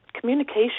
Communication